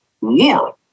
War